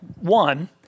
One